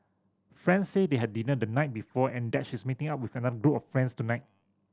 friend say they had dinner the night before and that she's meeting up with another group of friends tonight